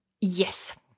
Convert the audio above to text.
Yes